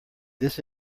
this